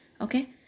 Okay